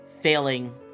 failing